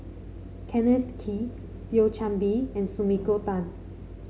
Kenneth Kee Thio Chan Bee and Sumiko Tan